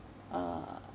uh